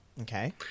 Okay